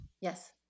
Yes